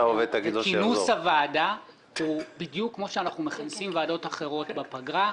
כינוס הוועדה הוא בדיוק כמו שאנחנו מכנסים ועדות אחרות בפגרה,